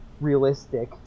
realistic